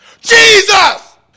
Jesus